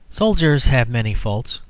soldiers have many faults,